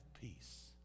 peace